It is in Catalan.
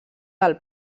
del